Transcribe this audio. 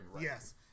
yes